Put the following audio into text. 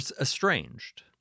estranged